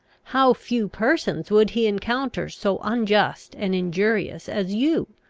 how few persons would he encounter so unjust and injurious as you,